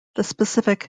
specific